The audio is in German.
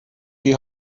die